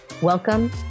Welcome